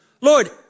Lord